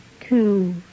two